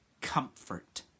comfort